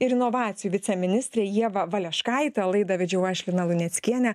ir inovacijų viceministrė ieva valeškaitė laidą vedžiau aš lina luneckienė